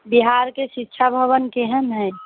बिहारके शिक्षा भवन केहन हइ